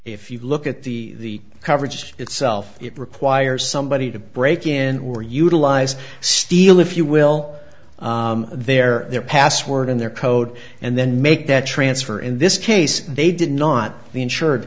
if you look at the coverage itself it requires somebody to break in or utilize steal if you will their their password and their code and then make that transfer in this case they did not the insured